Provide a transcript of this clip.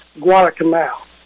Guadalcanal